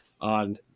on